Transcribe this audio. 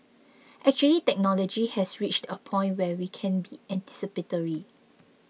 actually technology has reached a point where we can be anticipatory